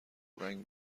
پورنگ